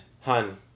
Han